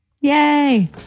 Yay